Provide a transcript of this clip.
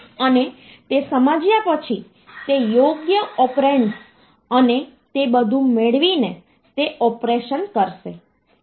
અને તે સમજ્યા પછી તે યોગ્ય ઓપરેન્ડ્સ અને તે બધું મેળવીને તે ઓપરેશન કરશે